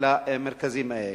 למרכזים האלה.